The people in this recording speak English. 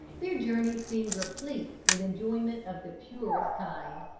their journey seemed replete with enjoyment of the purest kind.